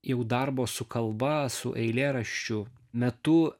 jau darbo su kalba su eilėraščiu metu